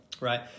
right